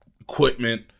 equipment